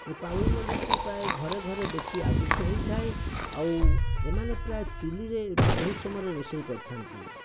ଏ ପାଳୁଅ ଲଡ଼ୁଟି ପ୍ରାୟ ଘରେ ଘରେ ବେଶୀ ଆଦୃତ ହୋଇଥାଏ ଆଉ ଏମାନେ ପ୍ରାୟ ଚୁଲିରେ ବହୁତ ସମୟରେ ରୋଷେଇ କରିଥାନ୍ତି